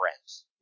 friends